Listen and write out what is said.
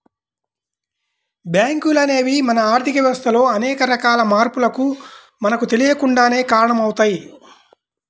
బ్యేంకులు అనేవి మన ఆర్ధిక వ్యవస్థలో అనేక రకాల మార్పులకు మనకు తెలియకుండానే కారణమవుతయ్